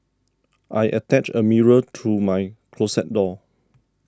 I attached a mirror to my closet door